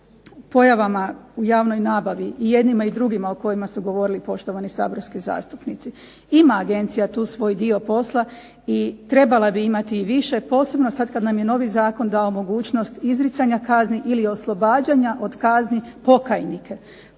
o pojavama u javnoj nabavi i jednima i drugima o kojima su govorili poštovani saborski zastupnici ima agencija tu svoj dio posla i trebala bi imati i više posebno sad kad nam je novi zakon dao mogućnost izricanja kazni ili oslobađanja od kazni pokajnike.